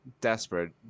desperate